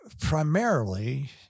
primarily